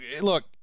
look